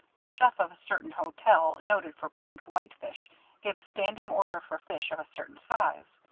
the chef of a certain hotel noted for planked whitefish gave a standing order for fish of a certain size.